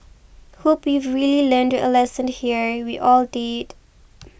hope you've really learned a lesson here we all did